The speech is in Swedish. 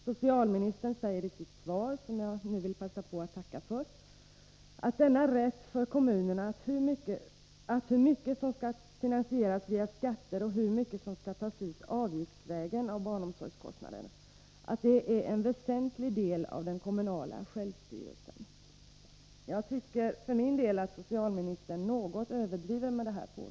Socialministern säger i sitt svar — som jag nu vill passa på att tacka för — att rätten för kommunerna att bestämma hur mycket som skall finansieras via skatter och hur mycket som skall tas ut avgiftsvägen av barnomsorgskostnaderna är en väsentlig del av den kommunala självstyrelsen. Jag tycker att detta påstående är något överdrivet.